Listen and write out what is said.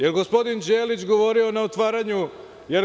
Da li je gospodine Đelić govorio na otvaranju?